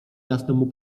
jasnemu